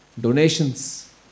Donations